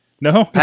No